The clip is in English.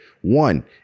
One